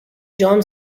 john